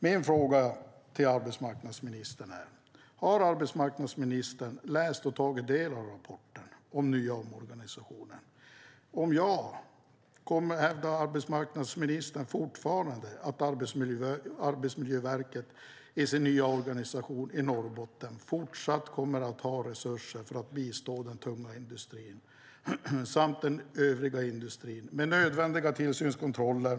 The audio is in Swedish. Min fråga till arbetsmarknadsminister är: Har arbetsmarknadsministern läst och tagit del av rapporten om den nya omorganisationen? Om svaret är ja: Kommer då arbetsmarknadsministern fortfarande att hävda att Arbetsmiljöverket i sin nya organisation i Norrbotten fortsatt kommer att ha resurser för att bistå den tunga industrin samt den övriga industrin med nödvändiga tillsynskontroller?